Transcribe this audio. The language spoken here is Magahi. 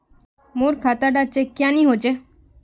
मोर खाता डा चेक क्यानी होचए?